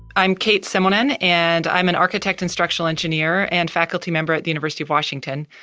i'm kate simonen and i'm an architect, instructional engineer and faculty member at the university of washington.